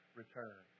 return